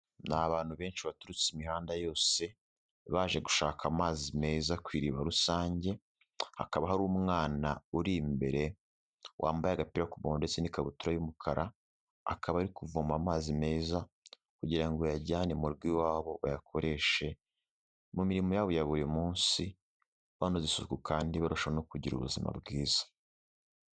Ni abantu benshi baturutse imihanda yose baje gushaka amazi meza kui iriba rusange hakaba hari umwana uri imbere wambaye agapira k'umuhondo ndetse n'ikabutura y'umukara akaba ari kuvoma amazi meza kugira uyajyane mu rugo iwabo bayakoreshe mu mirimo yabo ya buri munsi banoza isuku kandi barusha no kugira ubuzima bwiza.